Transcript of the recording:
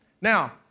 Now